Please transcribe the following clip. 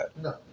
No